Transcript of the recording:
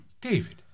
david